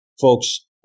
folks